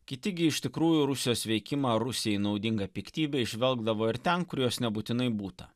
kiti gi iš tikrųjų rusijos veikimą rusijai naudingą piktybę įžvelgdavo ir ten kur jos nebūtinai būta